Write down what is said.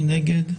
מי נגד?